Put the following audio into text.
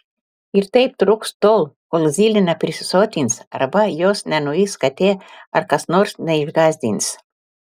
ir taip truks tol kol zylė neprisisotins arba jos nenuvys katė ar kas nors neišgąsdins